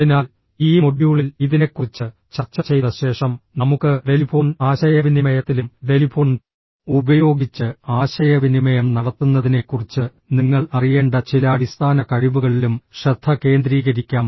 അതിനാൽ ഈ മൊഡ്യൂളിൽ ഇതിനെക്കുറിച്ച് ചർച്ച ചെയ്ത ശേഷം നമുക്ക് ടെലിഫോൺ ആശയവിനിമയത്തിലും ടെലിഫോൺ ഉപയോഗിച്ച് ആശയവിനിമയം നടത്തുന്നതിനെക്കുറിച്ച് നിങ്ങൾ അറിയേണ്ട ചില അടിസ്ഥാന കഴിവുകളിലും ശ്രദ്ധ കേന്ദ്രീകരിക്കാം